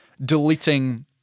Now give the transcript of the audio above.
deleting